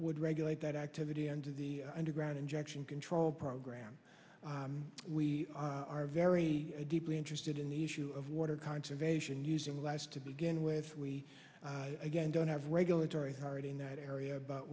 would regulate that activity and the underground injection control program we are very deeply interested in the issue of water conservation using less to begin with we again don't have regulatory authority in that area but